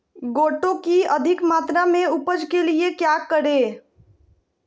गोटो की अधिक मात्रा में उपज के लिए क्या करें?